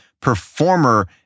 performer